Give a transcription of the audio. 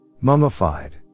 mummified